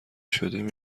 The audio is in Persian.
شدیم